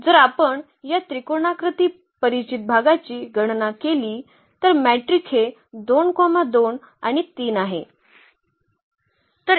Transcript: तर जर आपण या त्रिकोणाकृती परिचित भागाची गणना केली तर मॅट्रिक हे 2 2 आणि 3 आहे